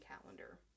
calendar